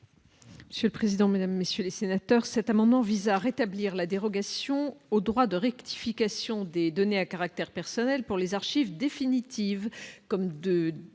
Monsieur le président, Mesdames, messieurs les sénateurs, cet amendement vise à rétablir la dérogation au droit de rectification des données à caractère personnel pour les archives définitives comme de